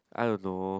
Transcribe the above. I don't know